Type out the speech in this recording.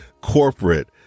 corporate